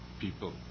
people